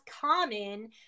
common